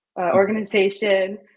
Organization